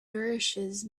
nourishes